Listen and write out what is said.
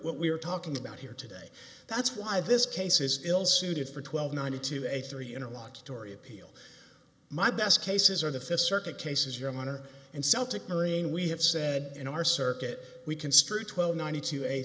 what we're talking about here today that's why this case is ill suited for twelve ninety two a three in a lot tory appeal my best cases are the fifth circuit cases your honor and celtic marine we have said in our circuit we construe twelve ninety two eighty